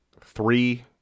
three